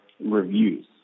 reviews